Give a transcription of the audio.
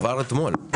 עבר אתמול.